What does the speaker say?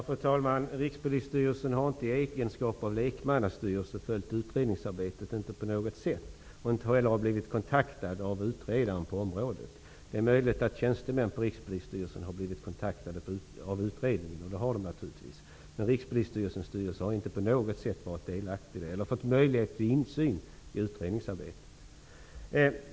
Fru talman! Rikspolisstyrelsen har inte i egenskap av lekmannastyrelse på något sätt följt utredningsarbetet. Jag har inte heller blivit kontaktad av utredaren på området. Det är naturligtvis möjligt att tjänstemän på Rikspolisstyrelsen har blivit kontaktade av utredningen, men Rikspolisstyrelsens styrelse har inte på något sätt varit delaktig eller fått möjlighet till insyn i utredningsarbetet.